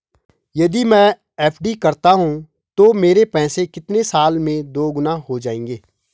यदि मैं एफ.डी करता हूँ तो मेरे पैसे कितने साल में दोगुना हो जाएँगे?